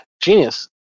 genius